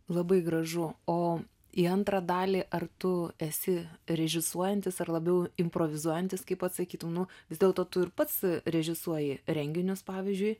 labai gražu o į antrą dalį ar tu esi režisuojantis ar labiau improvizuojantis kaip atsakytum nu vis dėlto tu ir pats režisuoji renginius pavyzdžiui